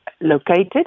located